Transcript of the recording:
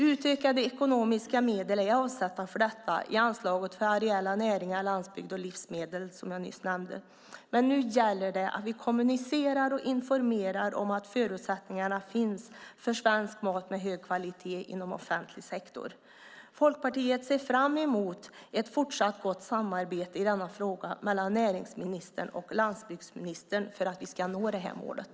Utökade ekonomiska medel är avsatta för detta i anslaget för areella näringar, landsbygd och livsmedel, som jag nyss nämnde. Men nu gäller det att vi kommunicerar och informerar om att förutsättningarna finns för svensk mat med hög kvalitet inom offentlig sektor. Folkpartiet ser fram emot ett fortsatt gott samarbete i denna fråga mellan näringsministern och landsbygdsministern för att vi ska nå det här målet.